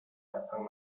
anfang